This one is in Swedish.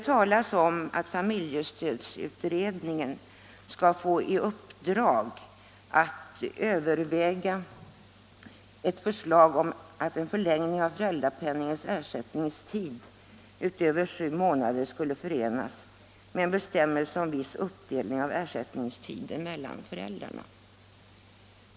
Där talas det om att familjestödsutredningen skall få i uppdrag att överväga ett förslag om att en förlängning av föräldrapenningens ersättningstid utöver sju månader skulle förenas med en bestämmelse om viss uppdelning av ersättningstiden mellan föräldrarna.